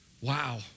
wow